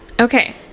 Okay